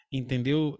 entendeu